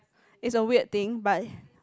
is a weird thing but